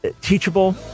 teachable